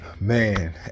Man